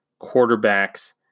quarterbacks